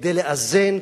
כדי לאזן,